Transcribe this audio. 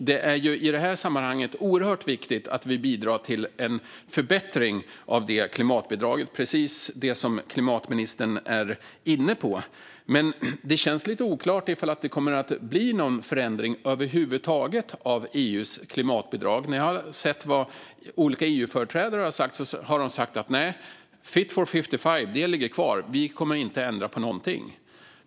Det är i sammanhanget oerhört viktigt att vi bidrar till en förbättring av detta klimatbidrag, precis det som klimatministern är inne på. Men det känns lite oklart om det kommer att bli någon förändring över huvud taget av EU:s klimatbidrag. Jag har hört vad olika EU-företrädare har sagt: Nej, Fit for 55 ligger kvar. Vi kommer inte att ändra på någonting!